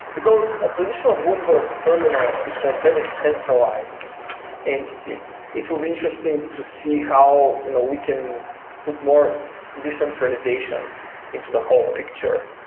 because a traditional bloomberg terminal is a very centralized entity it will be interesting to see how and we can put more decentralization into the whole picture.